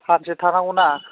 सानसे थानांगौना